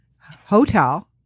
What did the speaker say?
hotel